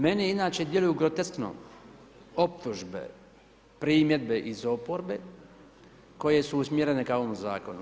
Meni inače djeluju groteskno optužbe, primjedbe iz oporbe koje su usmjerene ka ovom zakonu.